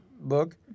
book